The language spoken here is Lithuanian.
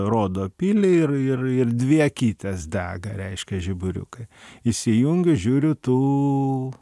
rodo pilį ir ir ir dvi akytės dega reiškia žiburiukai įsijungiu žiūriu tų